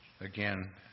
again